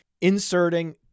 inserting